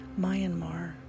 Myanmar